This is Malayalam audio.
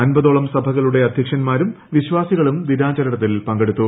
അമ്പതോളം സഭകളുടെട്ട അധ്യക്ഷന്മാരും വിശ്വാസികളും ദിനാചരണത്തിൽ പങ്കെടുത്തു